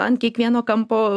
ant kiekvieno kampo